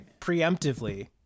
preemptively